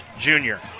junior